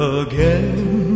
again